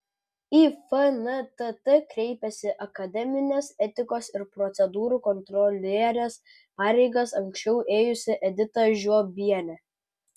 į fntt kreipėsi akademinės etikos ir procedūrų kontrolierės pareigas anksčiau ėjusi edita žiobienė